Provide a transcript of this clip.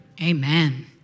amen